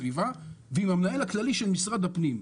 ועם המנהל הכללי של משרד הפנים.